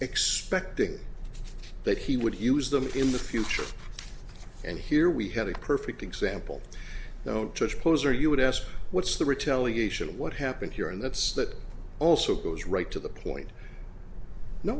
expecting that he would use them in the future and here we had a perfect example don't touch close or you would ask what's the retaliation what happened here and that's that also goes right to the point no